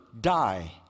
Die